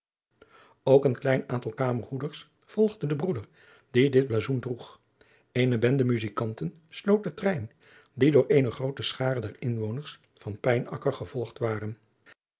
ook een klein aantal kamerbroeders volgde den broeder die dit blazoen droeg eene bende muzijkanten sloot den trein die door eene groote schare der inwoners van pijnaker gevolgd werd